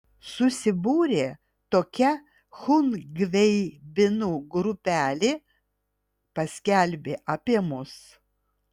susibūrė tokia chungveibinų grupelė paskelbė apie mus